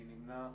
מי נמנע?